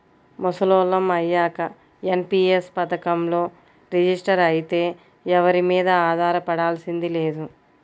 ముసలోళ్ళం అయ్యాక ఎన్.పి.యస్ పథకంలో రిజిస్టర్ అయితే ఎవరి మీదా ఆధారపడాల్సింది లేదు